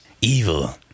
Evil